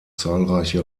zahlreiche